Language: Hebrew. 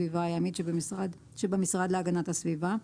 על הסביבה הימית שבמשרד להגנת הסביבה,